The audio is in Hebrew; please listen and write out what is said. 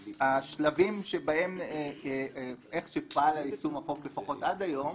השלבים שבהם פעל יישום החוק, לפחות עד היום